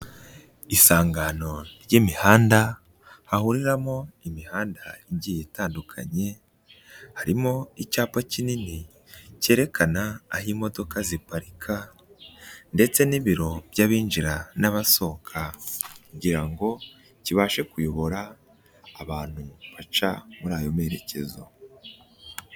Isangano ry'imihanda hahuriramo imihanda igiye itandukanye, harimo icyapa kinini cyerekana aho imodoka ziparika ndetse n'ibiro by'abinjira n'abasohoka, kugira ngo kibashe kuyobora abantu baca muri ayo merekezo.